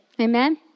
Amen